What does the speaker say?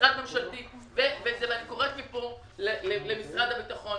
הממשלה ואני קוראת מכאן למשרד הביטחון.